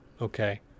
okay